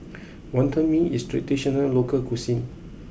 Wonton Mee is a traditional local cuisine